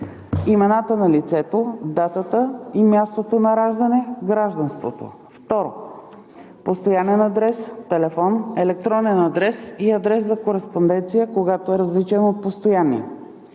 имената на лицето, датата и мястото на раждане, гражданството; 2. постоянен адрес, телефон, електронен адрес и адрес за кореспонденция, когато е различен от постоянния;